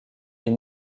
est